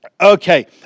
Okay